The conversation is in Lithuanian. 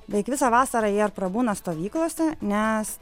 beveik visą vasarą jie ir prabūna stovyklose nes